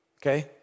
Okay